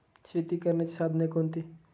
शेती करण्याची साधने कोणती?